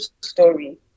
story